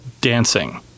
dancing